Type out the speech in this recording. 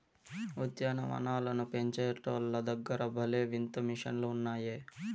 ఉద్యాన వనాలను పెంచేటోల్ల దగ్గర భలే వింత మిషన్లు ఉన్నాయే